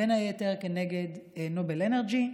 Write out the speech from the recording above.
בין היתר כנגד נובל אנרג'י.